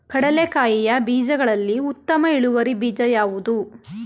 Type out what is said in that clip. ಕಡ್ಲೆಕಾಯಿಯ ಬೀಜಗಳಲ್ಲಿ ಉತ್ತಮ ಇಳುವರಿ ಬೀಜ ಯಾವುದು?